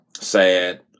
Sad